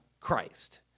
Christ